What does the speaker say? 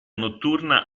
notturna